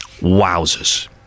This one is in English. Wowzers